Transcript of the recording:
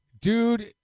Dude